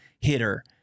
hitter